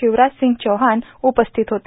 शिवराजसिंग चौहान उपस्थित होते